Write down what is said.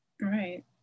Right